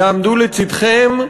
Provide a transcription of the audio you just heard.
יעמדו לצדכם,